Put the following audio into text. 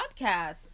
podcast